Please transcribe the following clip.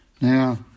Now